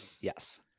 Yes